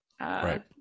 Right